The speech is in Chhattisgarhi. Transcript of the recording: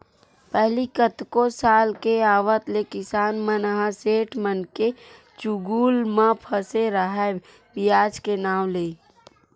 पहिली कतको साल के आवत ले किसान मन ह सेठ मनके चुगुल म फसे राहय बियाज के नांव ले